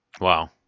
Wow